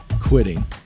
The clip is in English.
quitting